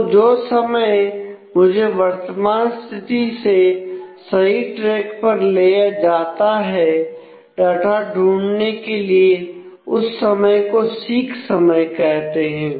तो जो समय मुझे वर्तमान स्थिति से सही ट्रैक पर ले जाता है डाटा ढूंढने के लिए उस समय को सीक समय कहते हैं